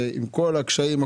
עם כל הקשיים.